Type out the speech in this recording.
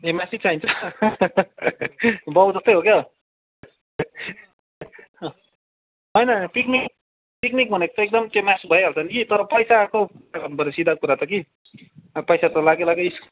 ए मासु नै चाहिन्छ बाउ जस्तै हो क्या होइन पिकनिक पिकनिक भनेपछि एकदम त्यहाँ मासु त भइहाल्छ नि कि तर पैसाको कुरा गर्नुपऱ्यो सिधा कुरा त कि पैसा त लाग्यो लाग्यो